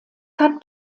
hat